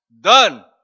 Done